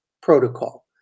protocol